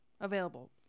available